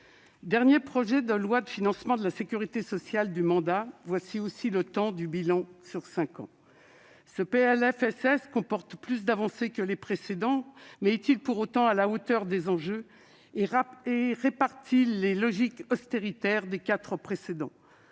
dernier projet de loi de financement de la sécurité sociale du mandat est aussi celui du bilan des cinq années écoulées. Ce PLFSS comporte plus d'avancées que les précédents, ... Ah !... mais est-il pour autant à la hauteur des enjeux et répare-t-il les logiques « austéritaires » des quatre précédents